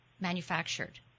manufactured